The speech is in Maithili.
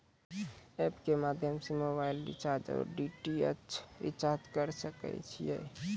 एप के माध्यम से मोबाइल रिचार्ज ओर डी.टी.एच रिचार्ज करऽ सके छी यो?